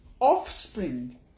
Offspring